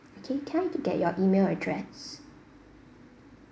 okay can I get your email address